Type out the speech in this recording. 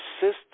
system